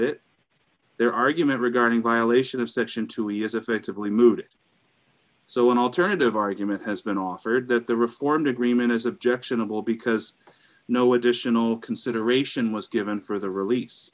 it their argument regarding violation of section two e is effectively mood so an alternative argument has been offered that the reformed agreement is objectionable because no additional consideration was given